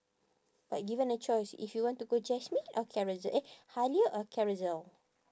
like given a choice if you want to go Jasmine or Carousel eh Halia or Carousel